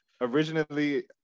originally